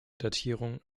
datierung